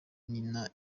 nyina